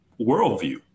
worldview